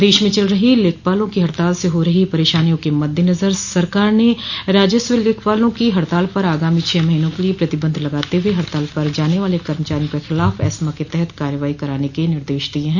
प्रदेश में चल रही लेखपालों की हड़ताल से हो रही परेशानियों के मद्देनजर सरकार ने राजस्व लेखपालों की हड़ताल पर आगामी छह महोनों के लिये प्रतिबंध लगाते हये हड़ताल पर जाने वाले कर्मचारियों के खिलाफ एस्मा के तहत कार्रवाई कराने के निर्देश दिये हैं